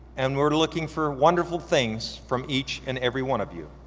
and we're looking for wonderful things from each and every one of you.